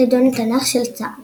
חידון התנ"ך של צה"ל